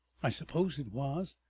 i suppose it was.